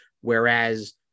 Whereas